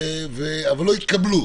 אבל לא התקבלו.